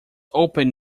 open